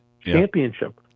championship